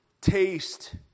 Taste